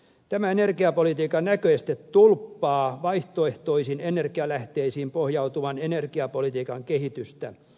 tämä energiapolitiikan näköeste tulppaa vaihtoehtoisiin energialähteisiin pohjautuvan energiapolitiikan kehitystä